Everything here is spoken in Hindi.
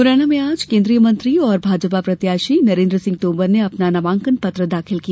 मुरैना में आज केन्द्रीय मंत्री और भाजपा प्रत्याशी नरेन्द्र सिंह तोमर ने अपना नामांकन पत्र दाखिल किया